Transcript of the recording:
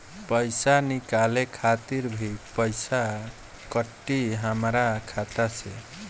पईसा निकाले खातिर भी पईसा कटी हमरा खाता से?